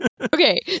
Okay